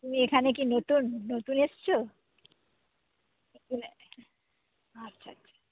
তুমি এখানে কি নতুন নতুন এসছো আচ্ছা আচ্ছা